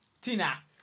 Tina